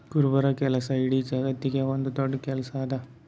ಕುರುಬರ ಕೆಲಸ ಇಡೀ ಜಗತ್ತದಾಗೆ ಒಂದ್ ದೊಡ್ಡ ಕೆಲಸಾ ಅದಾ